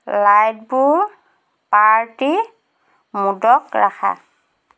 লাইটবোৰ পাৰ্টি ম'ডত ৰাখা